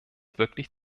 wirklich